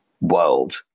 world